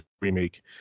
remake